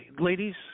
Ladies